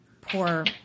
poor